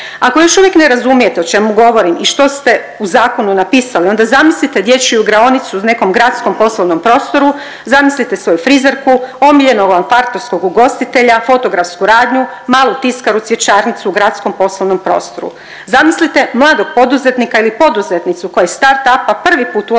Ako još uvijek ne razumijete o čemu govorim i što ste u zakonu napisali onda zamislite dječju igraonicu u nekom gradskom poslovnom prostoru, zamislite svoju frizerku, omiljenog vam kvartovskog ugostitelja, fotografsku radnju, malu tiskaru, cvjećarnicu u gradskom poslovnom prostoru. Zamislite mladog poduzetnika ili poduzetnicu koji iz startup-a prvi put ulazi